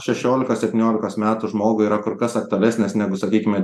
šešiolikos septyniolikos metų žmogui yra kur kas aktualesnės negu sakykime